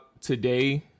today